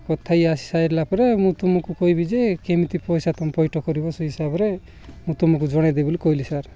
କଥା ହୋଇ ଆସିସାରିଲା ପରେ ମୁଁ ତୁମକୁ କହିବି ଯେ କେମିତି ପଇସା ତୁମେ ପଇଠ କରିବ ସେହି ହିସାବରେ ମୁଁ ତୁମକୁ ଜଣାଇଦେବି ବୋଲି କହିଲି ସାର୍